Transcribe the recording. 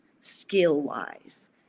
skill-wise